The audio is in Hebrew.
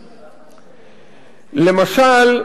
למשל,